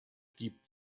gibt